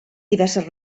diverses